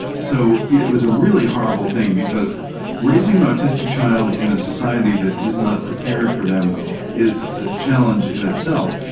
so it was a really horrible thing because raising an autistic child in a society that is not prepared for them is a challenge in itself,